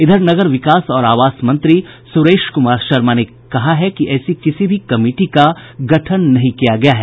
इधर नगर विकास और आवास मंत्री सुरेश कुमार शर्मा ने भी कहा है कि ऐसी किसी कमिटी का गठन नहीं किया गया है